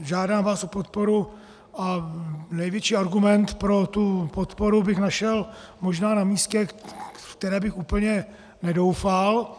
Žádám vás o podporu a největší argument pro tu podporu bych našel možná na místě, v které bych úplně nedoufal.